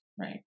right